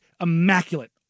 immaculate